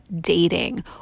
dating